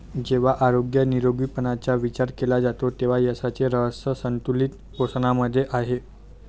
जेव्हा आरोग्य निरोगीपणाचा विचार केला जातो तेव्हा यशाचे रहस्य संतुलित पोषणामध्ये आहे